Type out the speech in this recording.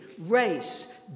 race